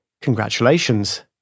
congratulations